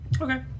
Okay